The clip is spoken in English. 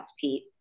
Pete